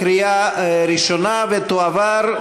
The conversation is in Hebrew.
התחרות ולצמצום הריכוזיות בשוק הבנקאות בישראל